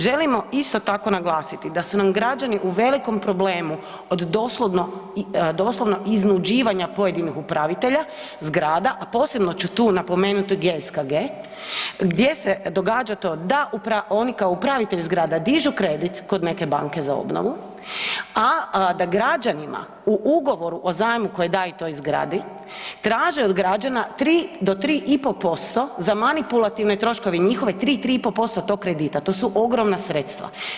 Želimo isto tako naglasiti da su nam građani u velikom problemu od doslovno iznuđivanja pojedinih upravitelja zgrada, a posebno ću tu napomenuti GSKG gdje se događa to da oni kao upravitelj zgrada dižu kredit kod neke banke za obnovu, a da građanima u Ugovoru o zajmu koji daje toj zgradi traže od građana 3 do 3,5% za manipulativne troškove njihove 3, 3,5% tog kredita, to su ogromna sredstva.